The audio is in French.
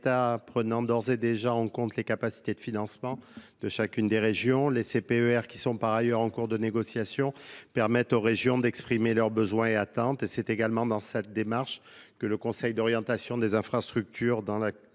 prenant d'ores et déjà en compte les capacités de financement de chacune des régions, les P E R qui sont par ailleurs en cours de négociation permettent aux régions d'exprimer permettent aux régions d'exprimer leurs besoins et attentes et c'est également dans cette démarche que le conseil d'orientation des infrastructures dans